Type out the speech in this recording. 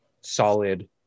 solid